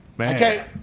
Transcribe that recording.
Okay